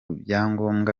byangombwa